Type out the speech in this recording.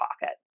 pocket